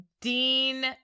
Dean